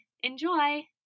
Enjoy